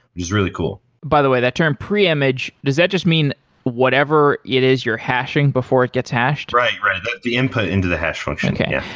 really cool by the way, that term pre-image, does that just mean whatever it is you're hashing before it gets hashed? right, right. the the input into the hash function okay.